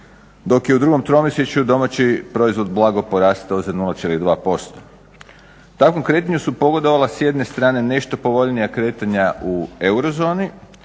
dok je u drugom tromjesečju domaći proizvod blago porastao za 0,2%. Takvom kretanju su pogodovala s jedne strane nešto povoljnija kretanja u eurozoni